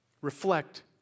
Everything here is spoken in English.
reflect